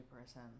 person